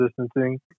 distancing